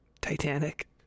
Titanic